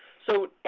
so